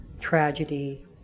tragedy